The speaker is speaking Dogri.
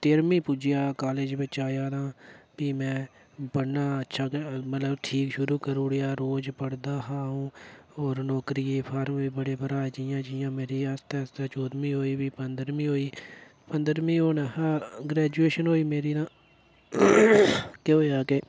तेह्रमीं पुज्जेआ ते शैल नंबर लैते ते में पढ़ना अच्छा मतलब ठीक शुरू करी ओड़ेआ रोज़ पढ़दा हा ओह् होर नौकरियें फार्म बी बड़े भराए जियां जियां मेरे आस्तै चौह्दमीं आई पंद्रमीं आई पंद्रमीं होने शा ग्रेजूएशन होई मेरी केह् होया के